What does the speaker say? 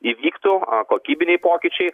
įvyktų kokybiniai pokyčiai